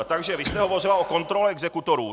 Takže vy jste hovořila o kontrole exekutorů.